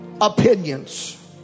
opinions